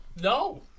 No